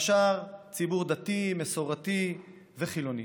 והשאר, ציבור דתי, מסורתי וחילוני.